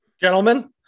Gentlemen